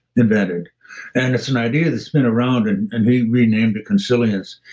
invented and it's an idea that's been around and and he renamed consilience.